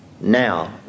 Now